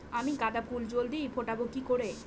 আমি গাঁদা ফুল জলদি ফোটাবো কি করে?